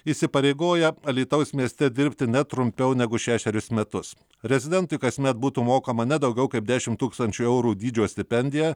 įsipareigoja alytaus mieste dirbti ne trumpiau negu šešerius metus rezidentui kasmet būtų mokama ne daugiau kaip dešim tūkstančių eurų dydžio stipendija